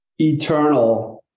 eternal